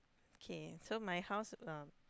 K so my house uh